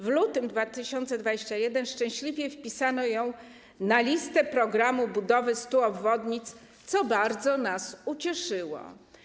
W lutym 2021 r. szczęśliwie obwodnicę wpisano na listę programu budowy 100 obwodnic, co bardzo nas ucieszyło.